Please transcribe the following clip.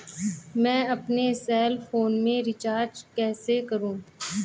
मैं अपने cell phone में रिचार्ज कैसे करूँ?